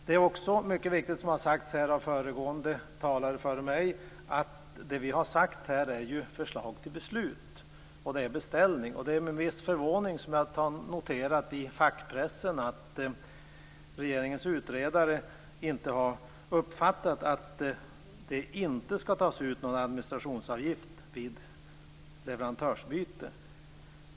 Det är också, som har sagts av talare före mig, mycket viktigt att det vi har talat om är ett förslag till beslut. Det är en beställning. Det är med viss förvåning som jag har noterat i fackpressen att regeringens utredare inte har uppfattat att det inte skall tas ut någon administrationsavgift vid leverantörsbyte.